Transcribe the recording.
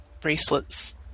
bracelets